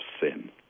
sin